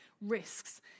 risks